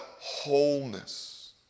wholeness